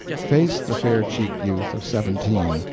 faced the fair-cheeked youth of seventeen,